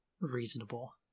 reasonable